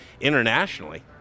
internationally